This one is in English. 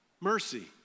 mercy